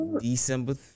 December